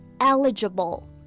Eligible